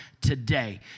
today